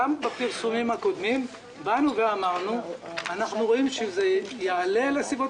גם בפרסומים הקודמים אמרנו שאנחנו רואים שזה יעלה לסביבות